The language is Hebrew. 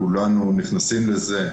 כולנו נכנסים לזה.